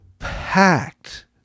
packed